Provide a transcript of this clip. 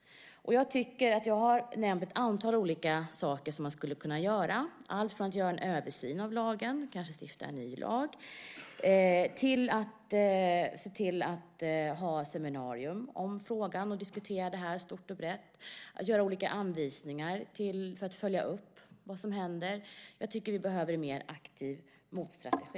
Jag tycker att jag har nämnt ett antal olika saker som man skulle kunna göra. Det gäller allt från att göra en översyn av lagen och kanske stifta en ny lag till att se till att ha seminarier om frågan och diskutera den stort och brett. Man kan göra olika anvisningar för att följa upp vad som händer. Jag tycker att vi behöver en mer aktiv motstrategi.